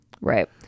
Right